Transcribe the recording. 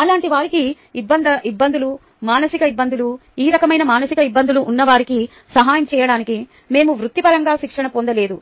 అలాంటి వారికి ఇబ్బందులు మానసిక ఇబ్బందులు ఈ రకమైన మానసిక ఇబ్బందులు ఉన్నవారికి సహాయం చేయడానికి మేము వృత్తిపరంగా శిక్షణ పొందలేదు